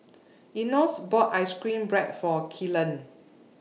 Enos bought Ice Cream Bread For Kellan